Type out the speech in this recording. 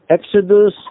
Exodus